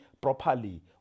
properly